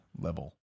level